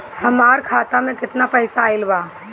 हमार खाता मे केतना पईसा आइल बा?